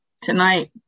tonight